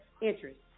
interest